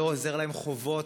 לא עוזרות להם חובות,